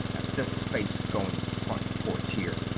at this space-going front porch here.